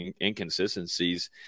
inconsistencies